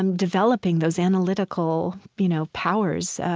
um developing those analytical, you know, powers,